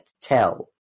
tell